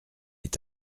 est